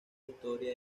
historia